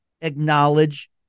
acknowledge